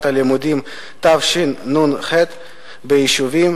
הלימודים התשנ"ח הוא יוחל בהדרגה ביישובים,